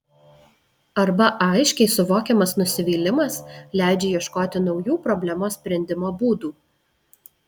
arba aiškiai suvokiamas nusivylimas leidžia ieškoti naujų problemos sprendimo būdų